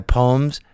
poems